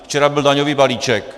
Včera byl daňový balíček.